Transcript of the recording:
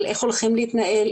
על איך הולכים להתנהל,